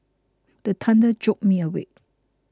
the thunder jolt me awake